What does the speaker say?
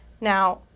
Now